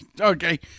Okay